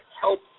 help